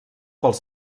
pels